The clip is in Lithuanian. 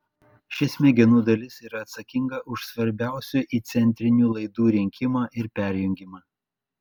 ši smegenų dalis yra atsakinga už svarbiausių įcentrinių laidų rinkimą ir perjungimą